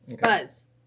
Buzz